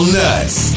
nuts